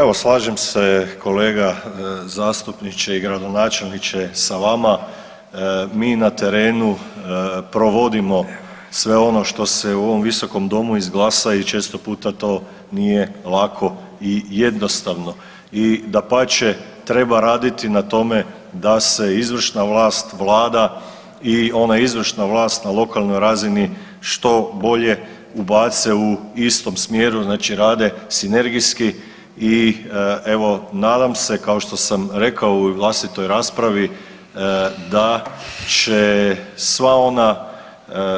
Evo, slažem se kolega zastupniče i gradonačelniče sa vama, mi na terenu provodimo sve ono što se u ovom Visokom domu izglasa i često puta to nije lako i jednostavno i dapače, treba raditi na tome da se izvršna vlast, Vlada i ona izvršna vlast na lokalnoj razini što bolje ubace u istom smjeru, znači rade sinergijski i evo, nadam se, kao što sam rekao u vlastitoj raspravi da će sva ona